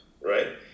right